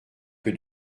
que